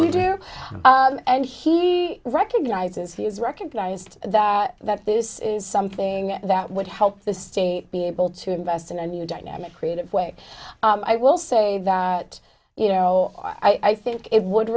we do and he recognizes he has recognized that that this is something that would help the state be able to invest in a new dynamic creative way i will say that you know i think it would